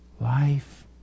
life